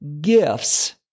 gifts